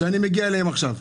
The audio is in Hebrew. ז"ל -- שאני מגיע אליהם עכשיו.